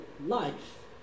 life